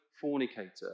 fornicator